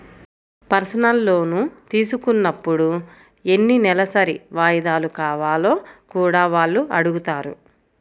personal loan తీసుకున్నప్పుడు ఎన్ని నెలసరి వాయిదాలు కావాలో కూడా వాళ్ళు అడుగుతారు